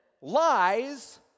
lies